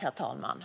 Herr talman!